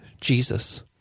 Jesus